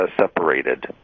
separated